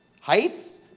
Heights